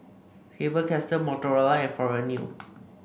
Faber Castell Motorola and Forever New